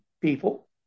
people